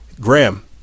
Graham